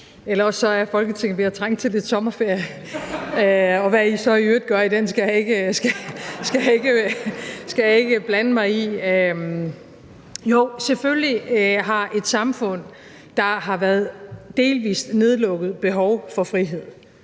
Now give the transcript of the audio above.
Eller også er Folketinget ved at trænge til lidt sommerferie, og hvad I så i øvrigt gør i den, skal jeg ikke blande mig i (Munterhed). Og jo, selvfølgelig har et samfund, der har været delvis nedlukket, behov for frihed.